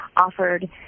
offered